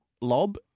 Lob